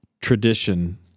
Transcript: tradition